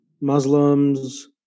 Muslims